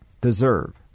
deserve